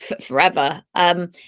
forever